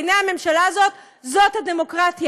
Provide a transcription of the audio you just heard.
בעיני הממשלה הזאת זאת הדמוקרטיה,